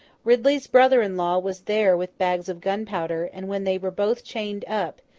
ridley's brother-in-law was there with bags of gunpowder and when they were both chained up,